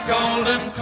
Golden